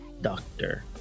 doctor